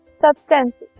substances